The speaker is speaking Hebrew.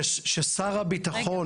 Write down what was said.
-- ששר הביטחון,